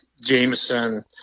Jameson